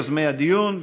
יוזמי הדיון,